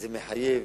זה מחייב